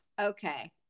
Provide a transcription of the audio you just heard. okay